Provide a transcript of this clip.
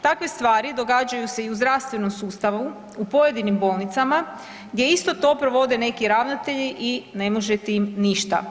Takve stvari događaju se i u zdravstvenom sustavu u pojedinim bolnicama gdje isto to provode neki ravnatelji i ne možete im ništa.